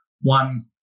one